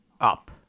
up